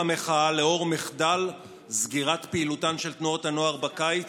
למחאה לאור מחדל סגירת פעילותן של תנועות הנוער בקיץ,